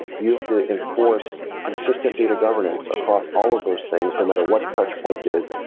you have to enforce consistent data governance across all of those things, no matter what the touch point is,